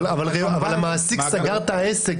אבל המעסיק סגר את העסק,